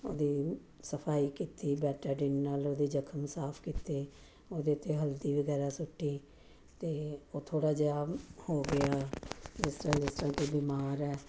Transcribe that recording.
ਉਹਦੀ ਸਫਾਈ ਕੀਤੀ ਬੀਟਾਡੀਨ ਦੇ ਨਾਲ ਉਹਦੇ ਜ਼ਖਮ ਸਾਫ ਕੀਤੇ ਉਹਦੇ 'ਤੇ ਹਲਦੀ ਵਗੈਰਾ ਸੁੱਟੀ ਅਤੇ ਉਹ ਥੋੜ੍ਹਾ ਜਿਹਾ ਹੋ ਗਿਆ ਜਿਸ ਤਰ੍ਹਾਂ ਜਿਸ ਤਰ੍ਹਾਂ ਕਿ ਬਿਮਾਰ ਹੈ